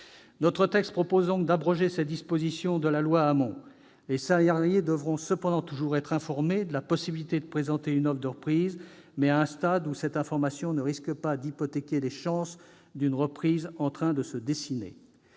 vous est soumis vise donc à abroger ces dispositions de la loi Hamon. Les salariés devront cependant toujours être informés de la possibilité de présenter une offre de reprise, mais à un stade où cette information ne risque pas d'hypothéquer les chances d'une reprise en train de se dessiner.